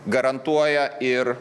garantuoja ir